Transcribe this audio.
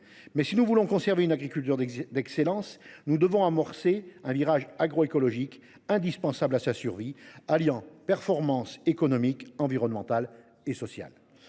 Mais, si nous voulons conserver une agriculture d’excellence, nous devons amorcer un virage agroécologique indispensable à sa survie, alliant performance économique, environnementale et sociale.